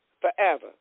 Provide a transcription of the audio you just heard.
forever